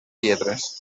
lletres